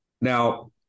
Now